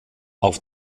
auf